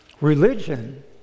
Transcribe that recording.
Religion